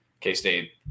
K-State